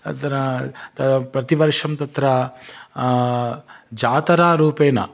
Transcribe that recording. तत्र प्रतिवर्षं तत्र जातरा रूपेण